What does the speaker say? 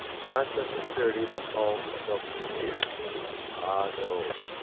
not the sincerity that calls itself sincere ah no,